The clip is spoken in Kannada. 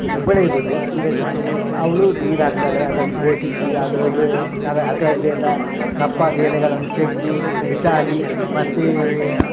ಒಬ್ಬಳೇ ಇರುವುದು ತೊಂದರೆಯಿಲ್ಲ ಅವಳು ನೀರು ಹಾಕ್ತಾಳೆ ಅದನ್ನು ಪೋಷಿಸಿ ಅದರದ್ದು ಥರ ಅದರಲ್ಲೆಲ್ಲ ಕಪ್ಪಾದ ಎಲೆಗಳನ್ನು ತೆಗೆದು ಬಿಸಾಡಿ ಮತ್ತೆ